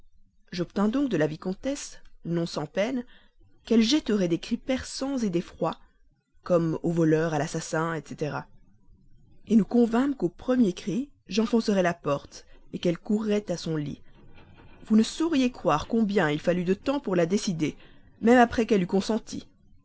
j'obtins donc de la vicomtesse non sans peine qu'elle jetterait des cris perçants d'effroi comme au voleur à l'assassin etc et nous convînmes qu'au premier cri j'enfoncerais la porte qu'elle courrait à son lit vous ne sauriez croire combien il fallut de temps pour la décider même après qu'elle eut consenti